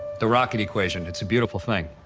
the rocket equation. it's a beautiful thing.